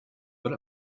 but